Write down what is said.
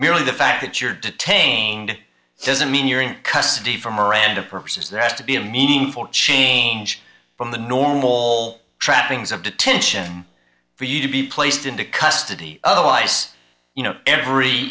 merely the fact that you're detained doesn't mean you're in custody for miranda purposes there has to be a meaningful change from the normal trappings of detention for you to be placed into custody otherwise you know every